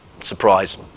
surprise